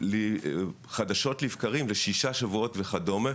חדשות לבקרים, לשישה שבועות וכדומה.